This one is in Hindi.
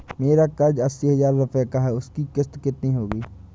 मेरा कर्ज अस्सी हज़ार रुपये का है उसकी किश्त कितनी होगी?